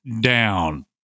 down